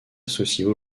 associent